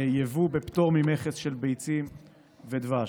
יבוא בפטור ממכס של ביצים ודבש.